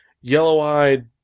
yellow-eyed